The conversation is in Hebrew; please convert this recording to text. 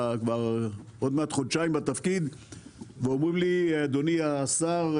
הם אמרו לי: אדוני השר,